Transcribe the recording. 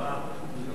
תודה רבה.